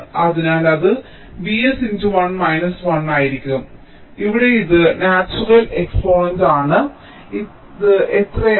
അതിനാൽ ഇത് V s × 1 1 ആയിരിക്കും ഇവിടെ ഇത് നാച്ചുറൽ എക്സ്പോണേന്റ് ആണ് ഇത് എത്രയാണ്